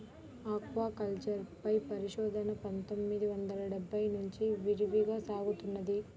aquaculture పై పరిశోధన పందొమ్మిది వందల డెబ్బై నుంచి విరివిగా సాగుతున్నది